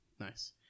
Nice